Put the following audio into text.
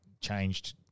changed